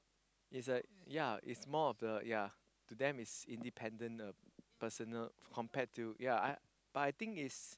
it's a ya it's more of the ya to them it's independent uh personal compared to ya but I think it's